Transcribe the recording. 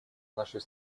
нашей